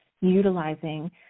utilizing